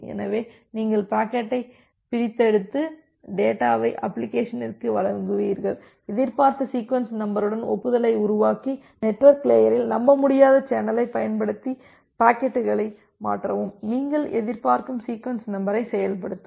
எனவே நீங்கள் பாக்கெட்டை பிரித்தெடுத்து டேட்டாவை அப்ளிகேஷனிற்கு வழங்குவீர்கள் எதிர்பார்த்த சீக்வென்ஸ் நம்பருடன் ஒப்புதலை உருவாக்கி நெட்வொர்க் லேயரில் நம்பமுடியாத சேனலைப் பயன்படுத்தி பாக்கெட்டுகளை மாற்றவும் நீங்கள் எதிர்பார்க்கும் சீக்வென்ஸ் நம்பரை செயல்படுத்தவும்